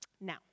Now